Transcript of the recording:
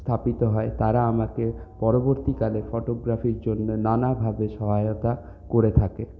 স্থাপিত হয় তারা আমাকে পরবর্তীকালে ফটোগ্রাফির জন্য নানাভাবে সহায়তা করে থাকে